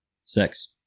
Six